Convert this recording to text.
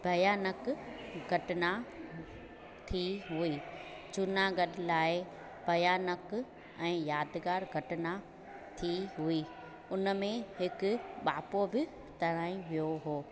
भयानकु घटना थी हुई जूनागढ़ लाइ भयानक ऐं यादगार घटना थी हुई हुन में हिक बाबो बि तराई वियो हुओ